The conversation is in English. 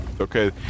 okay